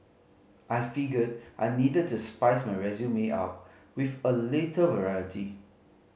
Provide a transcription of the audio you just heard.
I figured I needed to spice my resume up with a little variety